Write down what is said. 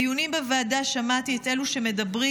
בדיונים בוועדה שמעתי את אלה שמדברים